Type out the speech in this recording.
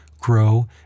grow